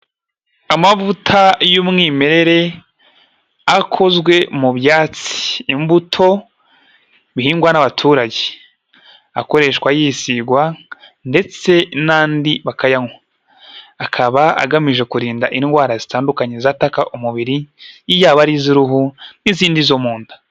Amavuta y'umwimerere akozwe mu byatsi imbuto bihingwa n'abaturage, akoreshwa yisigwa ndetse n'andi bakayanywa, akaba agamije kurinda indwara zitandukanye zatakaka umubiri yababa ari iz'uruhu n'izindi zo mu nda.